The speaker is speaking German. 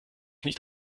nicht